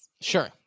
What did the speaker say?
Sure